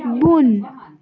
بۄن